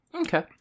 Okay